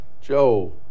Joe